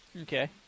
Okay